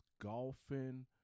golfing